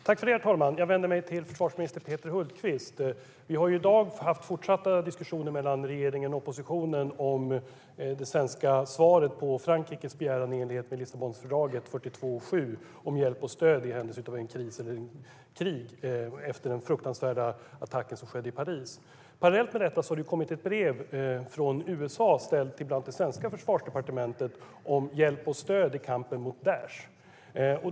Herr talman! Jag vänder mig till försvarsminister Peter Hultqvist. Vi har ju i dag haft fortsatta diskussioner mellan regeringen och oppositionen om det svenska svaret på Frankrikes begäran i enlighet med Lissabonfördraget 42.7, om hjälp och stöd i händelse av kris eller krig, efter den fruktansvärda attacken i Paris. Parallellt med detta har det kommit ett brev från USA, ställt till det svenska Försvarsdepartementet, om hjälp och stöd i kampen mot Daish.